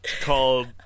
called